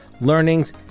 learnings